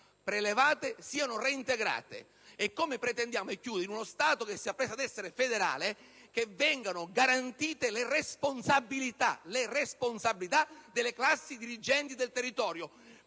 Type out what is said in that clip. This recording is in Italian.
prelevate siano reintegrate e che, in uno Stato che si appresta ad essere federale, vengano garantite le responsabilità delle classi dirigenti del territorio